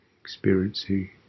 experiencing